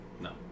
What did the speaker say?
No